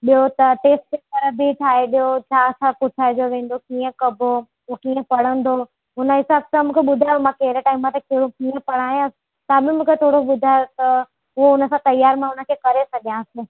ॿियों त test paper बि ठाहे ॾियो छा छा पुछाए जो वेंदो कीअं कॿो हुओ कीअं पढ़ंदो हुनजे हिसाब सां मूंखे ॿुधायो मां कहिड़े टाइम ते कहिड़ो कीअं पढ़ायासि तव्हां बि मूंखे थोरो ॿुधायो त हुओ हुन सां तयारु मां हुनखे करे छॾियासि